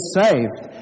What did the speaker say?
saved